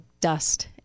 dust